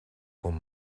com